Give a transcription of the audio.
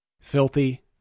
Filthy